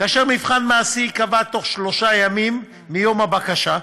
מבחן מעשי ייקבע בתוך שלושה ימים מיום הבקשה,